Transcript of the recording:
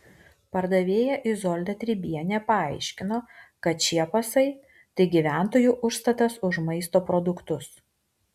pardavėja izolda tribienė paaiškino kad šie pasai tai gyventojų užstatas už maisto produktus